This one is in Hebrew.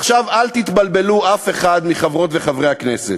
עכשיו, אל תתבלבלו, אף אחד מחברות וחברי הכנסת.